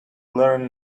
learn